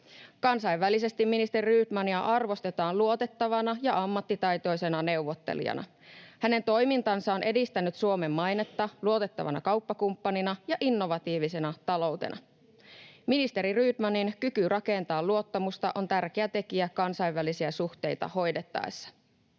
Kansainvälisesti ministeri Rydmania arvostetaan luotettavana ja ammattitaitoisena neuvottelijana. Hänen toimintansa on edistänyt Suomen mainetta luotettavana kauppakumppanina ja innovatiivisena taloutena. Ministeri Rydmanin kyky rakentaa luottamusta on tärkeä tekijä kansainvälisiä suhteita hoidettaessa.